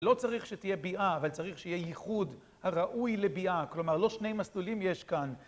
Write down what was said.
לא צריך שתהיה ביאה, אבל צריך שיהיה ייחוד הראוי לביאה, כלומר לא שני מסלולים יש כאן.